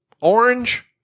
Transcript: orange